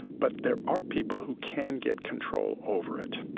but there are people who can get control over it,